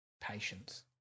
patience